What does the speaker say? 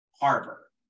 harbor